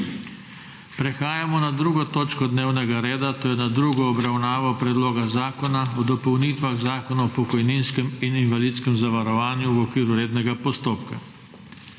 s****prekinjeno 2. točko dnevnega reda, to je s tretjo obravnavo Predloga zakona o dopolnitvah Zakona o pokojninskem in invalidskem zavarovanju****v okviru rednega postopka.**